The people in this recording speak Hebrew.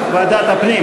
ועדת הפנים?